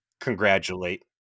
congratulate